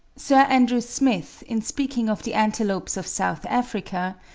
sir andrew smith, in speaking of the antelopes of south africa,